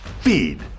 Feed